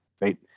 right